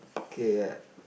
K yeah